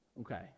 Okay